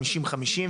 50 50,